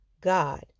God